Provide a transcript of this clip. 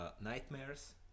nightmares